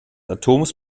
atoms